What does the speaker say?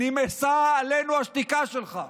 נמאסה עלינו השתיקה שלך.